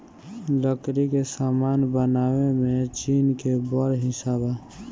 लकड़ी के सामान बनावे में चीन के बड़ हिस्सा बा